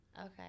Okay